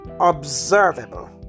observable